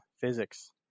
physics